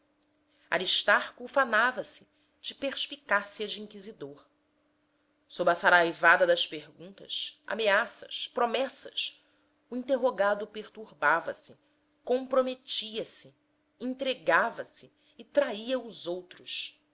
lista aristarco ufanava se de perspicácia de inquisidor sob a saraivada das perguntas ameaças promessas o interrogado perturbava se comprometia se entregava-se e traia os outros